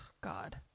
God